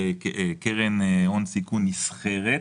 בתחילת הדיון לקרן הון סיכון נסחרת,